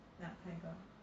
ya tiger